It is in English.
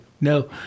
No